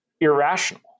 irrational